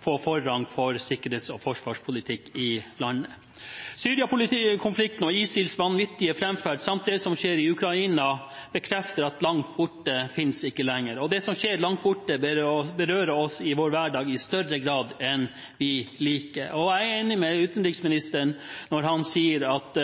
få forrang i forhold til sikkerhets- og forsvarspolitikken i landet. Syria-konflikten og ISILs vanvittige framferd samt det som skjer i Ukraina, bekrefter at det ikke lenger finnes noe som heter langt borte, og det som skjer langt borte, berører oss i vår hverdag i større grad enn vi liker. Jeg er enig med utenriksministeren når han sier at